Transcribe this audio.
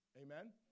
Amen